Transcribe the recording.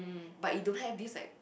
but you don't have this like